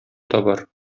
табар